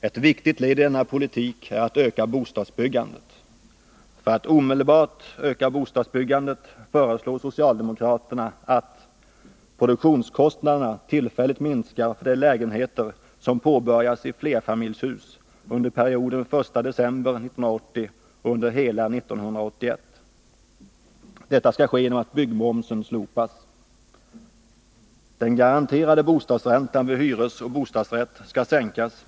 Ett viktigt led i denna politik är att öka bostadsbyggandet. För att omedelbart öka bostadsbyggandet föreslår socialdemokraterna följande: Produktionskostnaderna skall tillfälligt minskas för de lägenheter i flerfamiljshus som påbörjas från den 1 december 1980 och hela 1981. Detta skall ske genom att byggmomsen slopas.